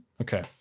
Okay